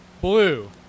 Blue